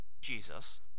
Jesus